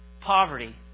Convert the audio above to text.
poverty